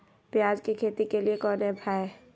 प्याज के खेती के लिए कौन ऐप हाय?